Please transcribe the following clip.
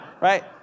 right